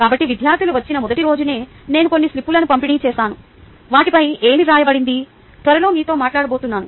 కాబట్టి విద్యార్థులు వచ్చిన మొదటి రోజునే నేను కొన్ని స్లిప్లను పంపిణీ చేసాను వాటిపై ఏమి వ్రాయబడింది త్వరలో మీతో మాట్లాడబోతున్నాను